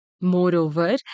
Moreover